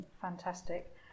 fantastic